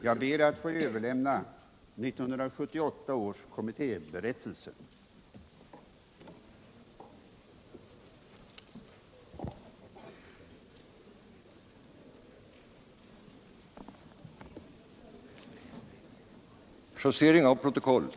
Jag ber att få överlämna kommittéberättelse för år 1978.